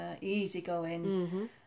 easygoing